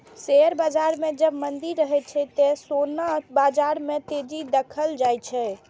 share बाजार मे जब मंदी रहै छै, ते सोना बाजार मे तेजी देखल जाए छै